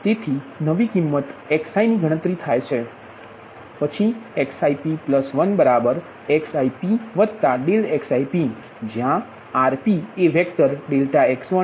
RpJp 1Dp તેથી નવી કિંમત xiની ગણતરી થાય છે પછી xip1xip∆xip જ્યાRp એ વેક્ટર ∆x1 ∆x2 ∆xnpસુધી છે